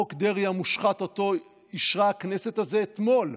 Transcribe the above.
חוק דרעי המושחת, שאותו אישרה הכנסת הזו אתמול.